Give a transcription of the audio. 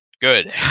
good